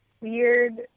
weird